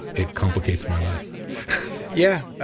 it complicates my life yeah,